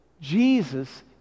Jesus